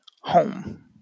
home